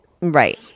Right